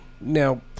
Now